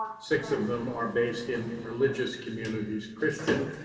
six of them are based in religious communities, christian,